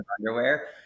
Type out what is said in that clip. underwear